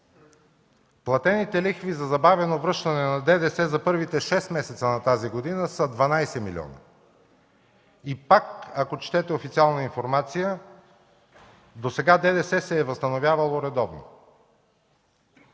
Платените лихви за забавено връщане на ДДС за първите шест месеца на тази година са 12 милиона. И пак, ако четете официална информация, досега ДДС се е възстановявало редовно.